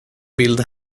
bild